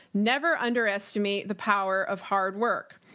never underestimate the power of hard work.